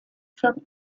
from